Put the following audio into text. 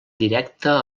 directa